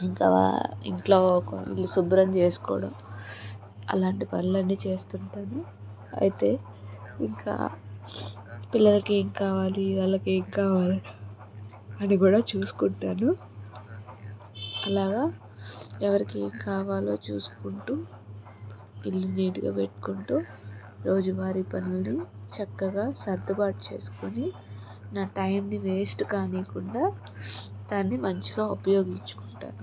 ఇంకా ఇంట్లో శుభ్రం చేసుకోవడం అలాంటి పనులన్నీ చేస్తుంటాను అయితే ఇంకా పిల్లలకి ఏం కావాలి వాళ్లకి ఏం కావాలి అవి కూడా చూసుకుంటాను అలాగా ఎవరికి కావాలో చూసుకుంటూ ఇల్లు నీట్గా పెట్టుకుంటూ రోజువారి పనులని చక్కగా సర్దుబాటు చేసుకుని నా టైంని వేస్ట్ కానివ్వకుండా దాన్ని మంచిగా ఉపయోగించుకుంటాను